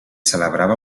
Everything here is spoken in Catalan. celebrava